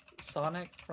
Sonic